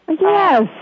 Yes